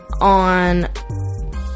on